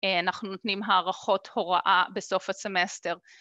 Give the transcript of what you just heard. ‫אנחנו נותנים הערכות הוראה ‫בסוף הסמסטר.